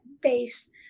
based